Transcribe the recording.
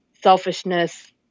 selfishness